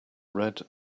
red